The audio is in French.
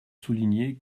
souligné